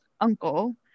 uncle